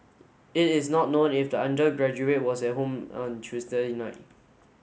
it is not known if the undergraduate was at home on Tuesday night